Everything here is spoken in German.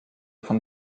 von